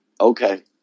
Okay